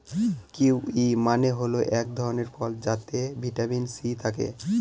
kiwi মানে হল এক ধরনের ফল যাতে ভিটামিন সি থাকে